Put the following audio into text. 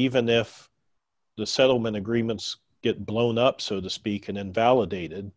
even if the settlement agreements get blown up so the speakon invalidated